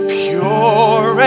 pure